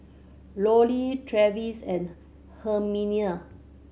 Lollie Travis and Herminia